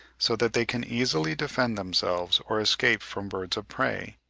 so that they can easily defend themselves or escape from birds of prey,